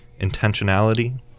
intentionality